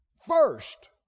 first